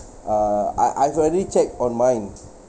uh I I've already checked on online